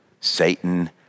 Satan